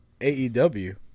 AEW